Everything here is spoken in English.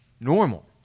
normal